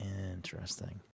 Interesting